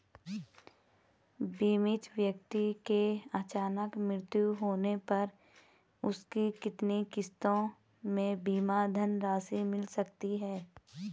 बीमित व्यक्ति के अचानक मृत्यु होने पर उसकी कितनी किश्तों में बीमा धनराशि मिल सकती है?